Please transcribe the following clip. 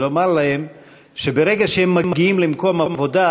ולומר להם שברגע שהם מגיעים למקום עבודה,